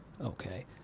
Okay